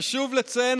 חשוב לציין,